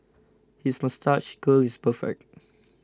his moustache curl is perfect